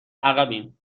عقبیم